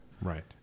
Right